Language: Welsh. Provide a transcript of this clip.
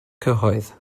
cyhoedd